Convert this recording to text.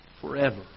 forever